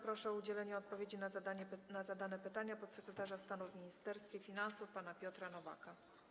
Proszę o udzielenie odpowiedzi na zadane pytania podsekretarza stanu w Ministerstwie Finansów pana Piotra Nowaka.